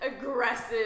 aggressive